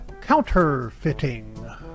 counterfeiting